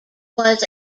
was